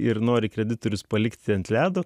ir nori kreditorius palikti ant ledo